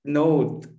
note